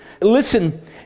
Listen